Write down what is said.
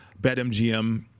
BetMGM